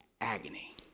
Agony